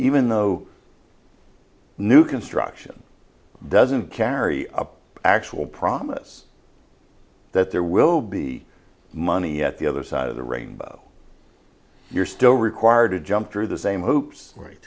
even though new construction doesn't carry up actual promise that there will be money at the other side of the rainbow you're still required to jump through the same hoops r